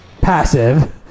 passive